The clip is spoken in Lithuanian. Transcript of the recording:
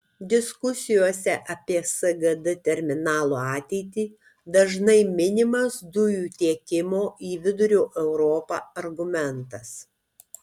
diskusijose apie sgd terminalo ateitį dažnai minimas dujų tiekimo į vidurio europą argumentas